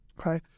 Okay